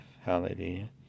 Hallelujah